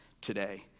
today